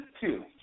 two